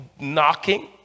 knocking